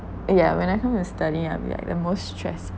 yeah when I come to study I'll be like the most stressed